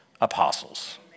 apostles